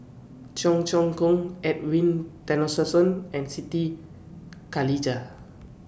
Cheong Choong Kong Edwin Tessensohn and Siti Khalijah